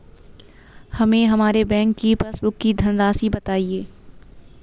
हमें हमारे बैंक की पासबुक की धन राशि बताइए